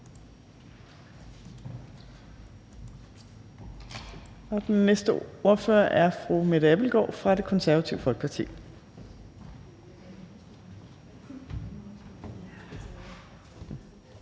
Og den næste ordfører er fru Mette Abildgaard fra Det Konservative Folkeparti.